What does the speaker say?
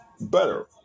better